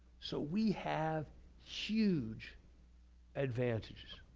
so we have huge advantages.